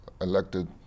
elected